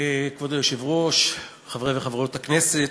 כבוד היושב-ראש, חברי וחברות הכנסת,